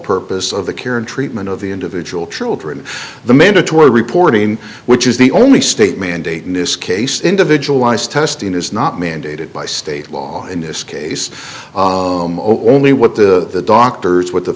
purpose of the care and treatment of the individual children the mandatory reporting which is the only state mandate in this case individualized testing is not mandated by state law in this case only what the doctors what the